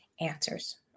answers